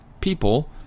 People